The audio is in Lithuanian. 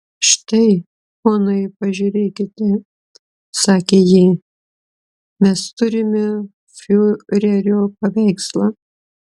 štai ponai pažiūrėkite sakė ji mes turime fiurerio paveikslą